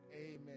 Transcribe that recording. Amen